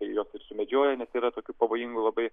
tai juos ir susimedžioja nes yra tokių pavojingų labai